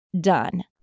done